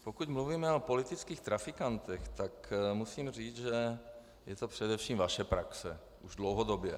Pokud mluvíme o politických trafikantech, tak musím říci, že je to především vaše praxe, už dlouhodobě.